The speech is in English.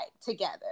together